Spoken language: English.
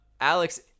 Alex